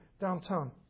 downtown